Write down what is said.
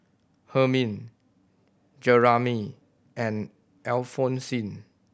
Hermine Jeramy and Alphonsine